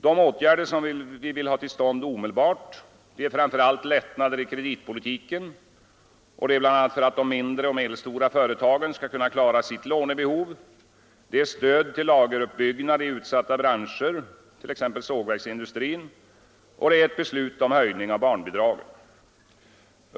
De åtgärder som vi vill ha till stånd omedelbart är framför allt lättnader i kreditpolitiken för att bl.a. de mindre och medelstora företagen skall kunna klara sitt lånebehov, stöd till lageruppbyggnad i utsatta branscher, t.ex. sågverksindustrin, och ett beslut om höjning av barnbidragen.